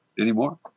anymore